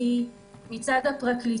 שהיא מצד הפרקליטות,